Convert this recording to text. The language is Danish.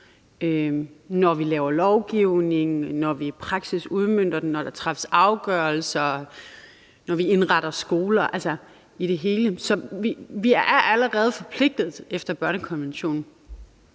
når vi laver lovgivning, når vi i praksis udmønter den, når der træffes afgørelser, når vi indretter skoler, altså i alt. Så vi er allerede forpligtet efter børnekonventionen,